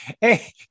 Hey